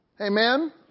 Amen